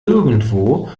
irgendwo